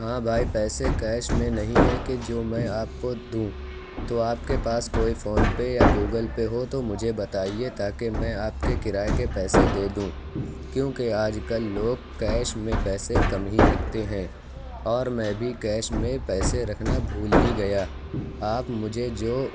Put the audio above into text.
ہاں بھائی پیسے کیش میں نہیں ہے کہ جو میں آپ کو دوں تو آپ کے پاس کوئی فون پے یا گوگل پے ہو تو مجھے بتائیے تاکہ میں آپ کے کرایہ کے پیسے دے دوں کیوں کہ آج کل لوگ کیش میں پیسے کم ہی رکھتے ہیں اور میں بھی کیش میں پیسے رکھنا بھول ہی گیا آپ مجھے جو